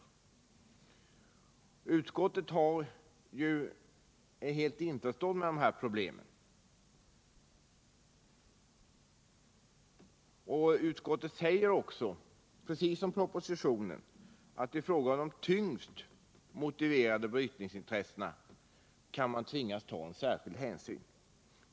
Vi är i utskottet helt införstådda med de här problemen, och utskottet säger också — precis som det står i propositionen — att i fråga om de tyngst motiverade brytningsintressena kan man tvingas ta särskilda hänsyn.